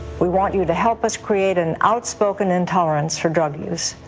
we want you to help us create an outspoken intolerance for drug use.